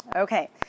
Okay